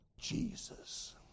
Jesus